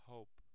Hope